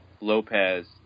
Lopez